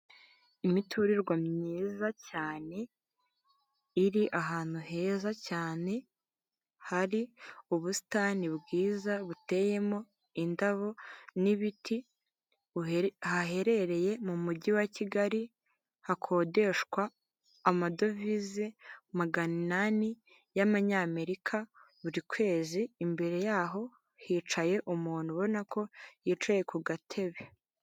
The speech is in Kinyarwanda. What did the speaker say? Imiturirwa myiza cyane iri ahantu heza cyane hari ubusitani bwiza buteyemo indabo n'ibiti haherereye mu mujyi wa Kigali hakodeshwa amadovize magana inani y'amanyamerika buri kwezi, imbere yaho hicaye umuntu ubona ko yicaye ku gatebe.